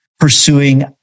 pursuing